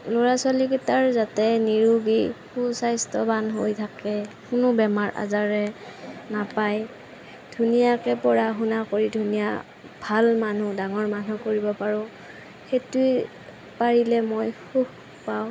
ল'ৰা ছোৱালীকেইটাৰ যাতে নিৰোগী সু স্বাস্থ্যৱান হৈ থাকে কোনো বেমাৰ আজাৰে নাপায় ধুনীয়াকে পঢ়া শুনা কৰি ধুনীয়া ভাল মানুহ ডাঙৰ মানুহ কৰিব পাৰোঁ সেইটোৱেই পাৰিলে মই সুখ পাওঁ